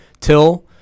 Till